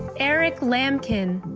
eric lamkin.